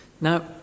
Now